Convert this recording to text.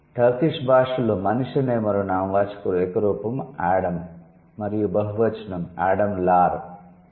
Turkish భాషలో 'మనిషి' అనే మరో నామవాచకం ఏక రూపం 'ఆడమ్' మరియు బహువచనం 'ఆడమ్ లార్'